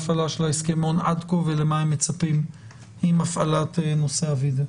הפעלת ההסכמון עד כה ולמה הם מצפים עם הפעלת נושא הווידאו.